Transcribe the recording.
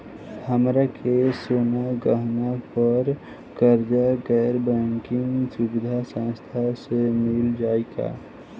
हमरा के सोना गहना पर कर्जा गैर बैंकिंग सुविधा संस्था से मिल जाई का?